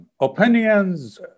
Opinions